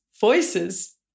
voices